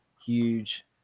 huge